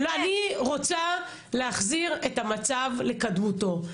אני רוצה להחזיר את המצב לקדמותו.